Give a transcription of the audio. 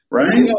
right